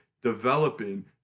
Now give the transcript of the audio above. developing